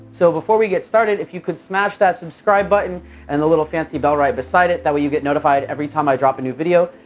so before we get started, if you could smash that subscribe button and the little fancy bell right beside it, that way you get notified every time i drop a new video,